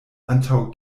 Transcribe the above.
antaŭ